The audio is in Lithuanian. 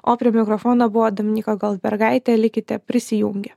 o prie mikrofono buvo dominyka goldbergaitė likite prisijungę